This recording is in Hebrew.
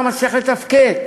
אתה מצליח לתפקד,